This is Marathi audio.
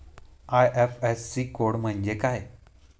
आय.एफ.एस.सी कोड म्हणजे काय?